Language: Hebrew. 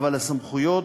אבל הסמכויות,